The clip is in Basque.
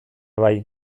bai